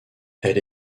elle